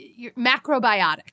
macrobiotic